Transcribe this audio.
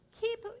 Keep